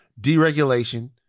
deregulation